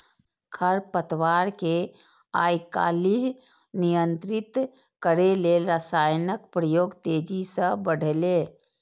खरपतवार कें आइकाल्हि नियंत्रित करै लेल रसायनक प्रयोग तेजी सं बढ़लैए